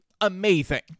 amazing